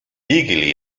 eagerly